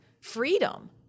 freedom